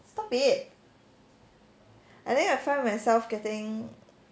stop it I think I found myself getting